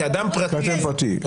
כאדם פרטי,